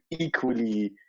equally